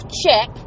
check